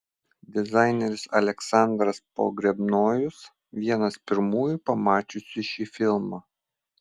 dizaineris aleksandras pogrebnojus vienas pirmųjų pamačiusių šį filmą